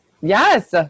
Yes